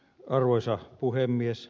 arvoisa puhemies